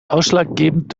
ausschlaggebend